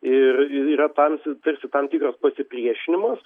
ir yra tarasi tarsi tam tikras pasipriešinimas